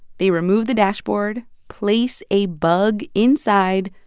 they remove the dashboard, place a bug inside,